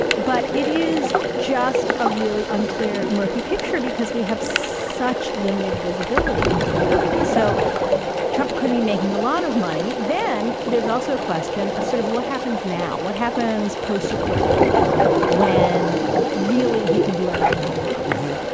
but it is just a really unclear, murky picture because we have such limited visibility into the companies. so trump could be making a lot of money. then there's also a question of sort of what happens now, what happens post acquittal when really he can do anything he wants.